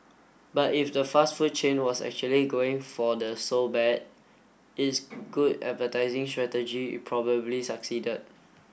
but if the fast food chain was actually going for the so bad it's good advertising strategy it probably succeeded